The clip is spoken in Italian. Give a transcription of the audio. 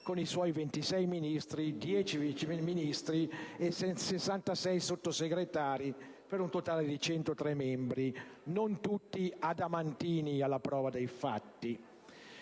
coi suoi 26 Ministri, 10 Vice Ministri e 66 Sottosegretari, per un totale di 103 membri, non tutti adamantini alla prova dei fatti.